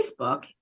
facebook